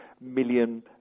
million